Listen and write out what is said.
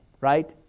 right